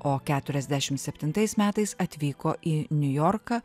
o keturiasdešim septintais metais atvyko į niujorką